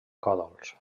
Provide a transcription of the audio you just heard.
còdols